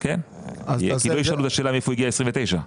כן, אבל שלא ישאלו מאיפה הגיע ה-29.